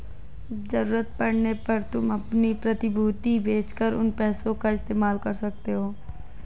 ज़रूरत पड़ने पर तुम अपनी प्रतिभूति बेच कर उन पैसों का इस्तेमाल कर सकते हो